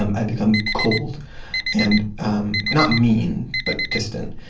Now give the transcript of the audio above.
um i become cold and, um not mean, but distant.